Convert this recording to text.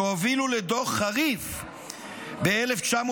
שהובילו לדוח חריף ב-1993,